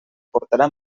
portarà